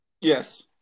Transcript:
Yes